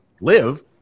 live